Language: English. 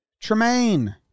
Tremaine